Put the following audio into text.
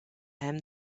him